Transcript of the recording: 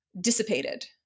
dissipated